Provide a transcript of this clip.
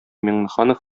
миңнеханов